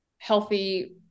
healthy